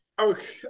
Okay